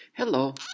Hello